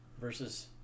versus